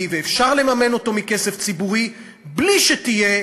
ואפשר לממן אותו מכסף ציבורי בלי שתהיה